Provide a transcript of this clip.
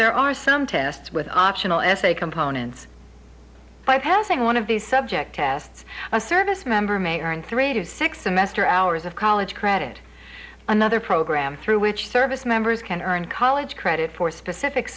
there are some tests with optional essay components bypassing one of these subject s a service member may earn three to six semester hours of college credit another program through which service members can earn college credit for specific